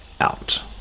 out